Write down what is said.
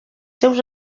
seus